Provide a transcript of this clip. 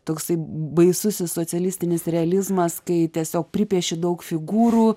toksai baisusis socialistinis realizmas kai tiesiog pripieši daug figūrų